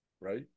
right